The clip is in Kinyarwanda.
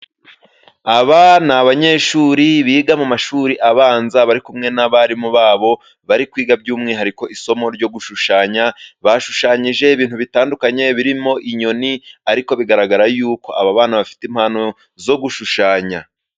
Aba n'abanyeshuri biga mu mashuri abanza, bari kumwe n'abarimu babo, bari kwiga by'umwihariko isomo ryo gushushanya, bashushanyije ibintu bitandukanye, birimo inyoni, ariko bigaragara yuko aba bana bafite impano yo gushushanya.